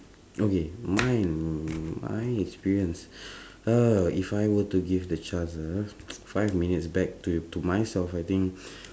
okay mine mm my experience uh if I were to give the chance ah five minutes back to to myself I think